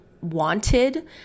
wanted